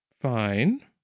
fine